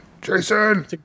Jason